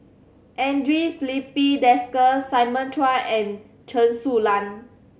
Andre Filipe Desker Simon Chua and Chen Su Lan